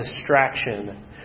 distraction